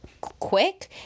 quick